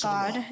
God